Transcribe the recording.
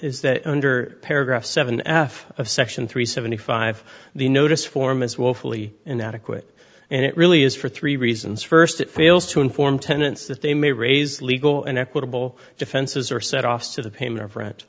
is that under paragraph seven f of section three seventy five the notice form is woefully inadequate and it really is for three reasons first it fails to inform tenants that they may raise legal and equitable defenses or set off to the payment of rent